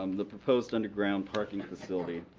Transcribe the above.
um the proposed underground parking facility,